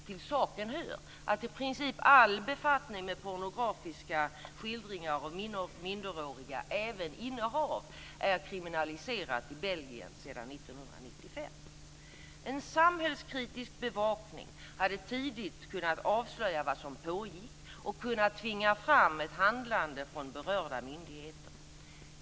Till saken hör att i princip all befattning med pornografiska skildringar av minderåriga, även innehav, är kriminaliserat i Belgien sedan 1995. En samhällskritisk bevakning hade tidigt kunnat avslöja vad som pågick och kunnat tvinga fram ett handlande från berörda myndigheter.